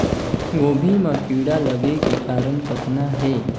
गोभी म कीड़ा लगे के कारण कतना हे?